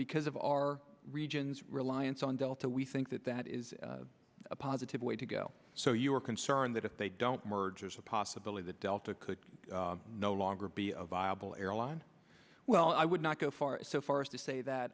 because of our region's reliance on delta we think that that is a positive way to go so you're concerned that if they don't merge there's a possibility that delta could no longer be a viable airline well i would not go far so far as to say that